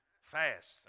Fast